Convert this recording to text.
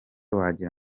wagira